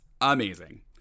amazing